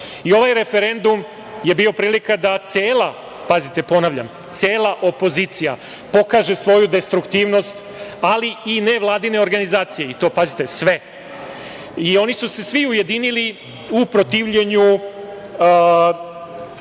I, ovaj referendum je bio prilika da cela, pazite, ponavljam, cela opozicija pokaže svoju destruktivnost, ali i nevladine organizacije. Pazite, sve. Oni su se svi ujedinili u protivljenju,